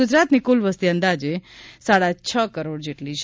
ગુજરાતની કુલ વસ્તી અંદાજે સાડા છ કરોડ જેટલી છે